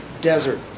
desert